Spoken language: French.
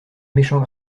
méchant